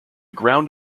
ground